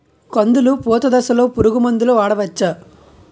కందులు పూత దశలో పురుగు మందులు వాడవచ్చా?